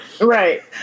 Right